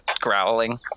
growling